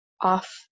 off